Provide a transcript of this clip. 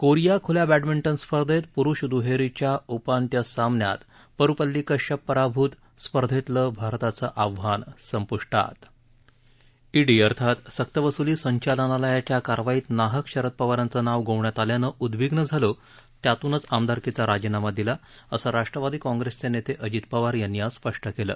Korea खुल्या badminton स्पर्धेत पुरूष दुहेरीच्या उपांत्य सामन्यात परुपल्ली कश्यप पराभुत स्पर्धेतलं भारताचं आव्हान संप्ष्टात ईडी अर्थात सक्तवसूली संचालनालयाच्या कारवाईत नाहक शरद पवारांचं नाव गोवण्यात आल्यानं उद्वीग्न झालो त्यातूनच आमदारकीचा राजीनामा दिला असं राष्ट्रवादी काँग्रेसचे नेते अजित पवार यांनी आज स्पष्ट केलं